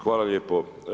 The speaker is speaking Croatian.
Hvala lijepo.